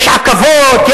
יש עכבות,